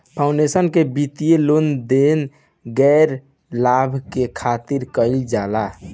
foundation के वित्तीय लेन देन गैर लाभ के खातिर कईल जाला